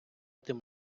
тим